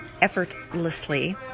effortlessly